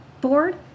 board